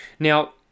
Now